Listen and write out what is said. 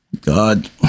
god